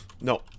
no